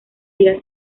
día